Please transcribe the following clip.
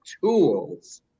tools